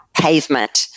pavement